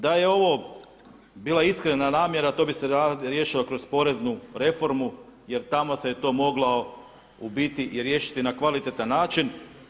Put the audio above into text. Da je ovo bila iskrena namjera to bi se riješilo kroz poreznu reformu jer tamo se je to moglo u biti i riješiti na kvalitetan način.